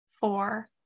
four